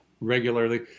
regularly